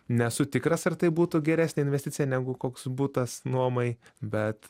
nesu tikras ar tai būtų geresnė investicija negu koks butas nuomai bet